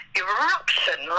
eruption